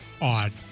Odd